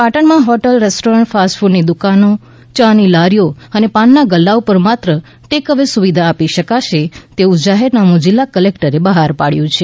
પાટણ માં hotel restaurant fast food ની દુકાનો યા ની લારીઓ અને પાન ના ગલ્લા ઉપર માત્ર ટેક અવે સુવિધા આપી શકશે તેવું જાહેરનામું જિલ્લા કલેકટરે બહાર પાડયું છે